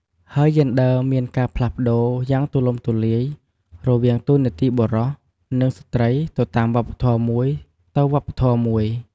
ហើយយេនឌ័រមានការផ្លាស់ប្តូរយ៉ាងទូលំទូលាយរវាងតួនាទីបុរស និងស្រ្តីទៅតាមវប្បធម៌មួយទៅវប្បធម៌មួយ ។